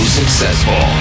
successful